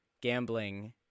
gambling